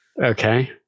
Okay